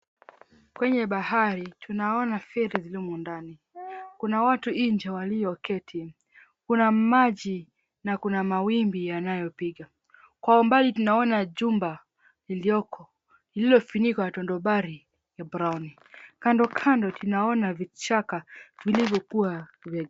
Kwenye bahari, tunaona feri ziliomo ndani. Kuna watu nje walioketi, kuna maji na kuna mawimbi yanayopiga. Kwa umbali tunaona jumba ilioko, lililofunikwa na tondobari ya brown . Kando kando tunaona vichaka vilivyokua vyema.